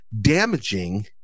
damaging